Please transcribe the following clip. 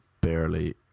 barely